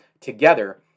Together